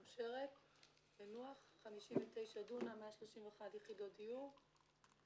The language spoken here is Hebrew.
מאושרת ביאנוח, 59 דונם, 131 יחידות דיור.